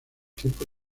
tiempo